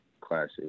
classic